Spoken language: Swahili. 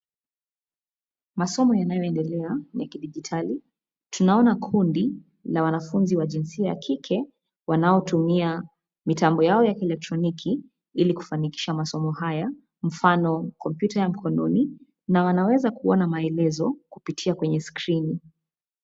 Masomo yanayoendelea ni ya kiditjitali. Tunaona kundi la wanafunzi wa jinsia ya kike wanaotumia mitambo yao ya kielektroniki ili kufanikisha masomo haya, mfano, kompyuta ya mkononi. Na wanweza kuona maelezo kupitia kwenye (cs) screen (cs).